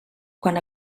quan